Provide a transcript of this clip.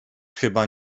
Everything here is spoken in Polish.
chyba